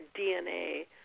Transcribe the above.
DNA